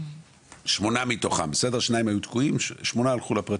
שמונה מתוכם, שניים היו תקועים, שמונה הלכו לפרטי.